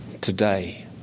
today